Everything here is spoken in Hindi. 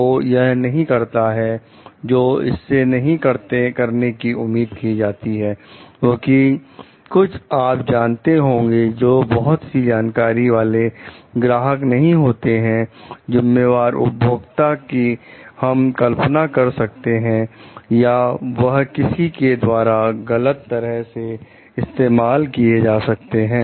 तो यह नहीं करता है जो इससे नहीं करने की उम्मीद की जाती है क्योंकि कुछ आप जानते होंगे जो बहुत ही जानकारी वाले ग्राहक नहीं होते हैं जिम्मेवार उपभोक्ता कि हम कल्पना कर सकते हैं या वह किसी के द्वारा गलत तरह से इस्तेमाल किए गए हो सकते हैं